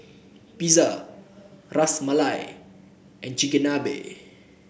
Pizza Ras Malai and Chigenabe